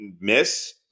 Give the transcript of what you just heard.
miss